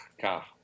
Car